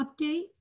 update